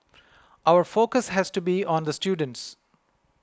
our focus has to be on the students